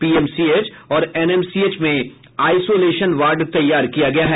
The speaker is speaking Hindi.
पीएमसीएच और एनएमसीएच में आइसोलेशन वार्ड तैयार किया गया है